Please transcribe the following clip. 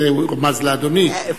זהו רמז לאדוני.